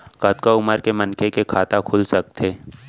कतका उमर के मनखे के खाता खुल सकथे?